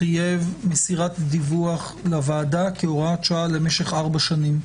חייב מסירת דיווח לוועדה כהוראת שעה למשך 4 שנים.